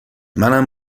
منم